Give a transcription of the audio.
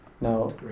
Now